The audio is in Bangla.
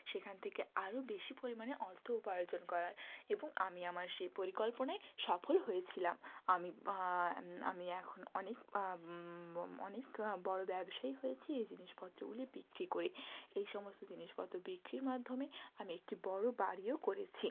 সেখান থেকে আরও বেশি পরিমাণে অর্থ উপার্জন করার এবং আমি আমার সেই পরিকল্পনায় সফল হয়েছিলাম আমি আমি এখন অনেক অনেক বড়ো ব্যবসায়ী হয়েছি এই জিনিসপত্রগুলি বিক্রি করে এই সমস্ত জিনিসপত্র বিক্রির মাধ্যমে আমি একটি বড়ো বাড়িও করেছি